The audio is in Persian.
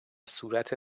صورت